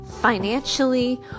financially